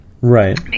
Right